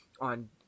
on